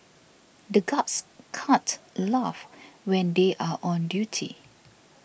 the guards can't laugh when they are on duty